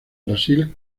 brasil